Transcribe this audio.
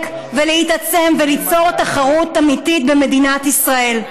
ולהתעצם וליצור תחרות אמיתית במדינת ישראל.